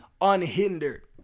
unhindered